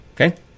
Okay